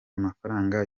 amafaranga